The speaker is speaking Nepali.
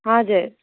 हजुर